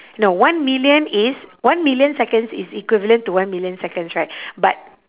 no one million is one million seconds is equivalent to one million seconds right but